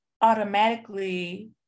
automatically